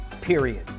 period